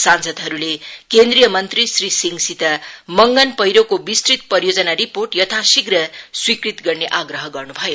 सांसदहरुले केन्द्रीय मन्त्री श्री सिहंसित मंगन पैह्रोको विस्तृत परियोजना रिपोर्ट तथाशीघ्र स्वीकृत गर्ने आग्रह गर्नु भयो